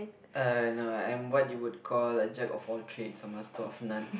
uh no I'm what you would call a Jack of all trades a master of none